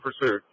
pursuit